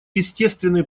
естественный